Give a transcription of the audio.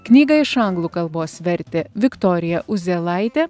knygą iš anglų kalbos vertė viktorija uzėlaitė